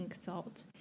salt